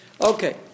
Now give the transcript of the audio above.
Okay